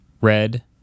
Red